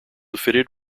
fitted